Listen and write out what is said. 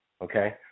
Okay